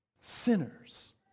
sinners